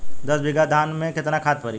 दस बिघा धान मे केतना खाद परी?